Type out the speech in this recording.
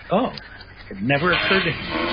oh. it never occurred to him.